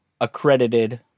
accredited